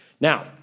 Now